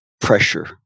pressure